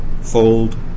fold